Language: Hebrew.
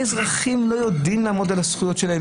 האזרחים לא יודעים לעמוד על הזכויות שלהם,